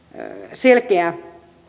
selkeä